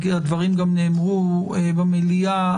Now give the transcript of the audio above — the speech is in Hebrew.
והדברים גם נאמרו במליאה,